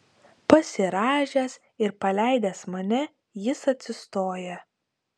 pasirąžęs ir paleidęs mane jis atsistoja